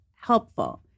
helpful